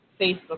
Facebook